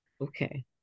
Okay